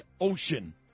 ocean